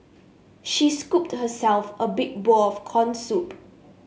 she scooped herself a big bowl of corn soup